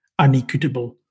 unequitable